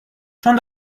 چون